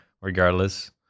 regardless